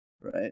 Right